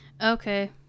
okay